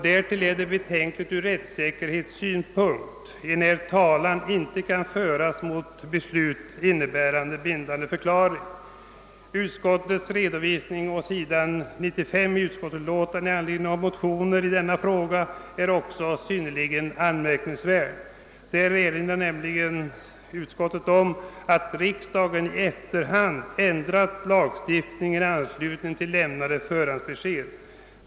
Därtill är det betänkligt ur rättssäkerhetssynpunkt, enär talan inte kan föras mot beslut innebärande bindande förklaring. Utskottets redovisning på s. 95 i utlåtandet i anledning av motioner i denna fråga är synnerligen anmärkningsvärd. Däri erinras nämligen om att riksdagen i efterhand ändrat lagstiftningen i anslutning till lämnade förhandsbesked.